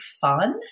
fun